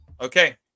okay